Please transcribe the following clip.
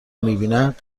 میبینند